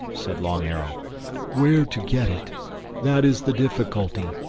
said long arrow where to get it that is the difficulty.